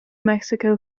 mexico